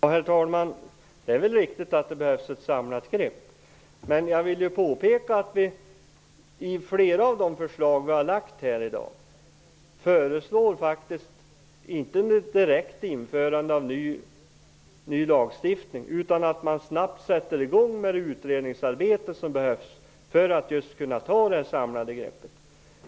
Herr talman! Det är väl riktigt att det behövs ett samlat grepp. Men jag vill påpeka att vi på flera av punkterna inte föreslår ett omedelbart införande av ny lagstiftning, utan vi föreslår att man snabbt sätter i gång med det utredningsarbete som behövs för att just kunna ta ett samlat grepp.